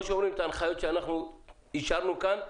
שלא שומרים על ההנחיות שאישרנו כאן,